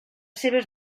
seves